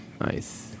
Nice